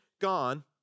gone